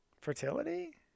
fertility